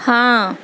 ہاں